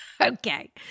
Okay